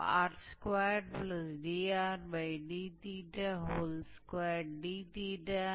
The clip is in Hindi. तो लेटस रेक्टम मूल रूप से इस तरह से दिया जाता है